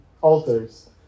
altars